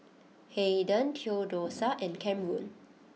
Hayden Theodosia and Camron